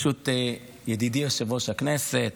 תודה רבה.